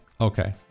okay